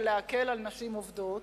ולהקל על נשים עובדות,